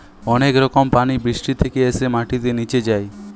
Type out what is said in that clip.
অনেক রকম পানি বৃষ্টি থেকে এসে মাটিতে নিচে যায়